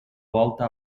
volta